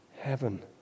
heaven